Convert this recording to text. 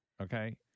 okay